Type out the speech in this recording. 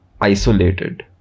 isolated